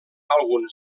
alguns